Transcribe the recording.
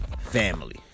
family